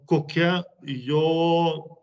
kokia jo